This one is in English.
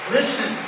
Listen